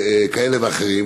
כאלה ואחרים.